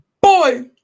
boy